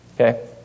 okay